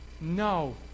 No